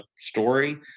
story